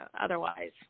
otherwise